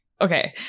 okay